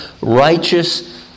righteous